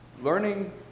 learning